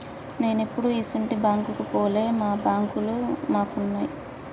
నేనెప్పుడూ ఇసుంటి బాంకుకు పోలే, మా బాంకులు మాకున్నయ్